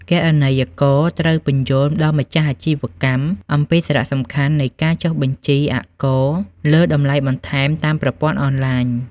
គណនេយ្យករត្រូវពន្យល់ដល់ម្ចាស់អាជីវកម្មអំពីសារៈសំខាន់នៃការចុះបញ្ជីអាករលើតម្លៃបន្ថែមតាមប្រព័ន្ធអនឡាញ។